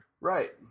Right